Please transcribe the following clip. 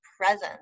presence